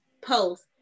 post